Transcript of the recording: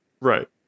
Right